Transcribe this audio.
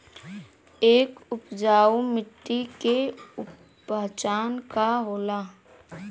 एक उपजाऊ मिट्टी के पहचान का होला?